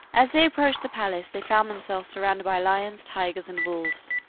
as they approached the palace, they found themselves surrounded by lions, tigers, and wolves,